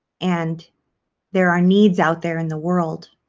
and there are needs out there in the world.